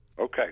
Okay